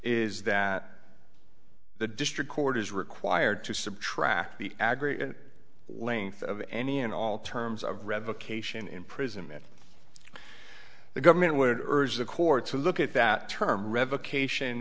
is that the district court is required to subtract the agri length of any and all terms of revocation imprisonment the government would urge the court to look at that term revocation